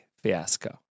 fiasco